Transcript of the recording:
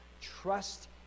Trust